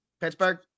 Pittsburgh